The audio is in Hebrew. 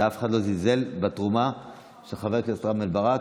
ואף אחד לא זלזל בתרומה של חבר הכנסת רם בן ברק,